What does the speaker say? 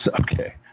Okay